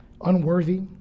unworthy